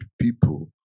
people